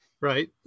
right